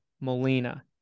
Molina